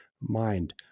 mind